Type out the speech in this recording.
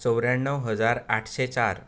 चोवऱ्याण्णव हजार आठशे चार